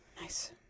Nice